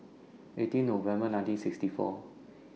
eighteen November nineteen sixty four